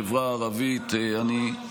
ובחברה הערבית בפרט.